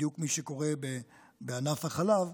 בדיוק כפי שקורה בענף החלב,